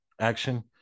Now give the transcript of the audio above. Action